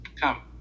come